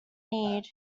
need